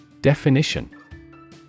Definition